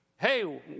Hey